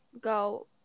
go